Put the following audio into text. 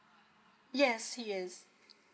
yes he is